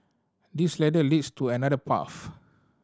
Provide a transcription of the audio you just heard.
this ladder leads to another path